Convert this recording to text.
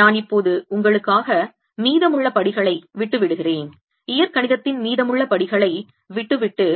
நான் இப்போது உங்களுக்காக மீதமுள்ள படிகளை விட்டுவிடுகிறேன் இயற்கணிதத்தின் மீதமுள்ள படிகளை விட்டுவிட்டு